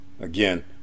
again